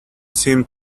seemed